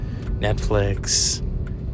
Netflix